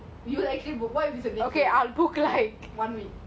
tomorrow will it bok it